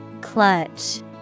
Clutch